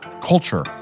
culture